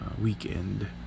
weekend